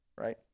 right